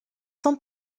cent